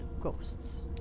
ghosts